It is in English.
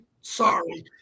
sorry